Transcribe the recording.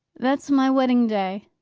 that's my wedding-day!